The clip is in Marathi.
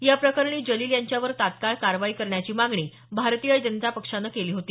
या प्रकरणी जलील यांच्यावर तत्काळ कारवाई करण्याची मागणी भारतीय जनता पक्षानं केली होती